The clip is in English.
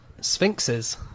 Sphinxes